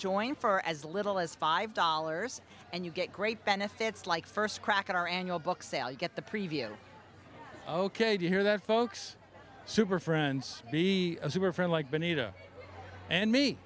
join for as little as five dollars and you get great benefits like first crack at our annual book sale you get the preview ok to hear that folks super friends